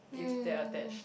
if they attach